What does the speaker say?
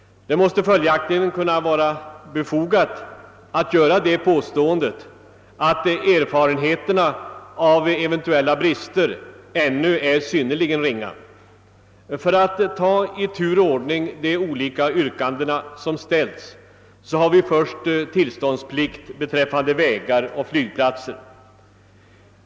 Det måste följaktligen vara befogat att påstå, att erfarenheterna av eventuella brister ännu är synnerligen ringa. För att ta de olika yttrandena i tur och ordning vill jag först uppehålla mig vid tillståndsplikt beträffande vägar och flygplatser.